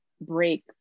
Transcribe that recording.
break